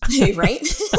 Right